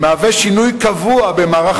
מהווה שינוי קבוע במערך